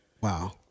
Wow